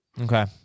Okay